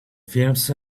films